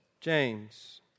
James